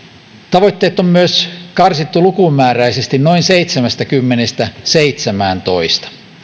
tavoitteet on myös karsittu lukumääräisesti noin seitsemästäkymmenestä seitsemääntoista